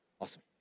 Awesome